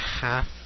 half